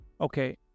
Okay